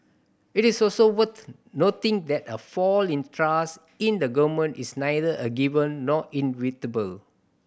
it is also worth noting that a fall in trust in the Government is neither a given nor inevitable